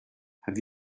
have